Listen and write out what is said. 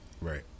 Right